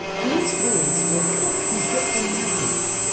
these rules will help you get them right.